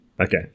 Okay